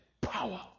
power